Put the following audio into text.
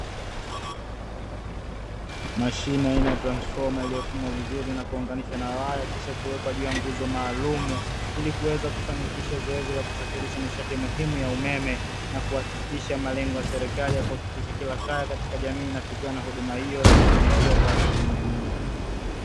Mashine aina ya transfoma iliyofungwa vizuri na kuunganishwa na waya kisha kuwekaa juu ya nguzo maalumu, ili kuweza kufanikisha zoezi la kusafirisha nishati muhimu ya umeme, na kuhakikisha malengo ya serekali ya kuhakikisha kila kaya katika jamii inafikiwa na huduma hiyo linafikiwa kwa asilimia mia.